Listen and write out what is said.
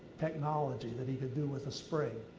technology that he could do with a spring?